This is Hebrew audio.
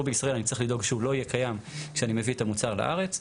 בישראל אני צריך לדאוג שהוא לא יהיה קיים כשאני מביא את המוצר לארץ.